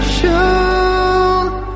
Show